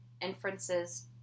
inferences